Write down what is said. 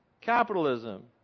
capitalism